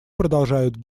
продолжают